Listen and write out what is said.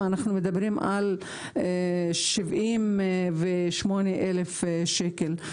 אנחנו מדברים על 78 אלף שקל.